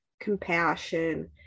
compassion